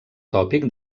tòpic